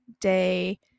day